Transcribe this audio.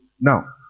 now